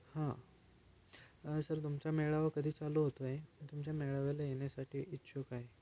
हां सर तुमचा मेळावा कधी चालू होतो आहे तुमच्या मेळाव्याला येण्यासाठी इच्छुक आहे